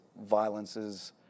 violence's